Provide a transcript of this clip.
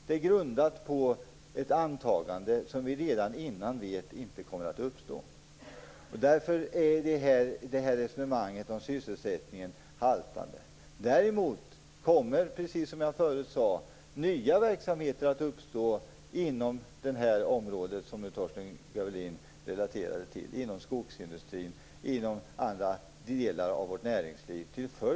Det är grundat på ett antagande som vi redan innan vet inte stämmer. Därför haltar resonemanget om sysselsättningen. Däremot kommer till följd av omställningen nya verksamheter att uppstå inom det område som Torsten Gavelin relaterade till, skogsindustrin och andra delar av vårt näringsliv.